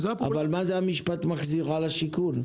אבל מה זה המשפט: "מחזירה לשיכון"?